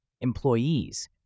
employees